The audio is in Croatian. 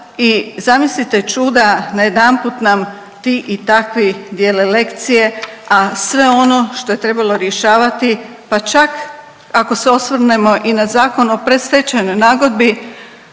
i zamislite čuda najedanput nam ti i takvi dijele lekcije, a sve ono što je trebalo rješavati, pa čak ako se osvrnemo i na Zakon o predstečajnoj nagodbi